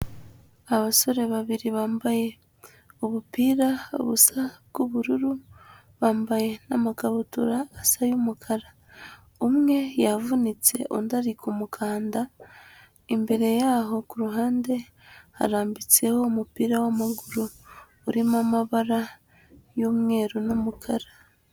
Abasore babiri bambaye ubupira busa bw'ubururu, bambaye n'amakabutura asa y'umukara, umwe yavunitse undi ari kumukanda, imbere yaho ku ruhande harambitseho umupira w'amaguru urimo amabara y'umweru n'umukara.